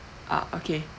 ah okay